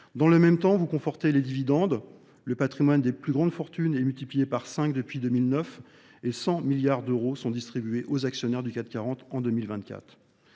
Dans le même temps, vous confortez les dividendes. Le patrimoine des plus grandes fortunes est multiplié par 5 depuis 2009 et 100 milliards d'euros sont distribués aux actionnaires du 440 en 2024.